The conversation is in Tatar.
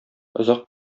озак